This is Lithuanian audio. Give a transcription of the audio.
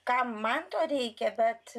kam man to reikia bet